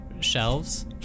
shelves